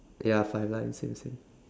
ya five lines same same